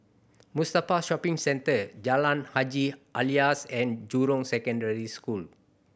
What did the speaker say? Mustafa Shopping Centre Jalan Haji Alias and Jurong Secondary School